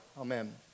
Amen